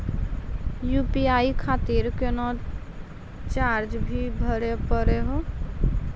UPI खातिर कोनो charge भी भरी पड़ी हो?